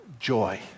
joy